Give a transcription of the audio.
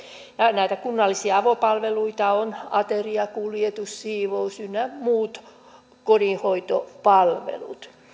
näitä kunnallisia avopalveluita ovat ateriakuljetus siivous ynnä muut kodinhoitopalvelut